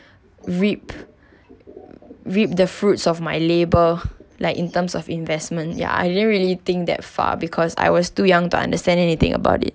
reap reap the fruits of my labour like in terms of investment ya I didn't really think that far because I was too young to understand anything about it